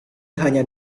hanya